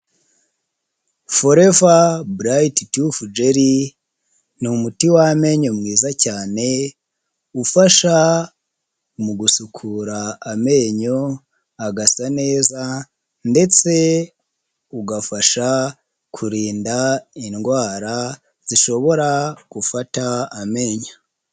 Foreva burayiti tufu jeri ni umuti w'amenyo mwiza cyane, ufasha mu gusukura amenyo agasa neza ndetse ugafasha kurinda indwara zishobora gufata amenyo.